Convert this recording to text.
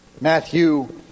Matthew